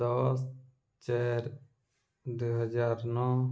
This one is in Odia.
ଦଶ ଚାରି ଦୁଇ ହଜାର ନଅ